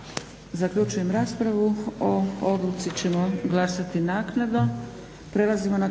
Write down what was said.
Zaključujem raspravu. O Odluci ćemo glasati naknadno.